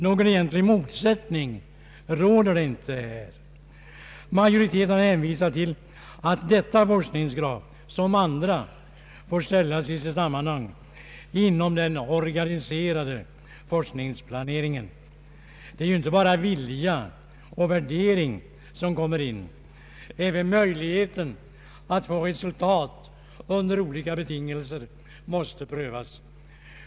Någon egentlig motsättning råder inte. Majoriteten har hänvisat till att detta forskningskrav som andra får ställas i sitt sammanhang inom den organiserade forskningsplaneringen. Det är ju inte bara vilja och värdering som kommer in. Även möjligheten att få resultat under olika betingelser bör prövas.